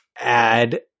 add